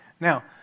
Now